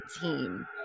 team